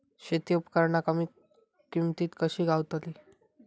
शेती उपकरणा कमी किमतीत कशी गावतली?